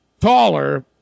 taller